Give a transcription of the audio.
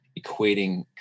equating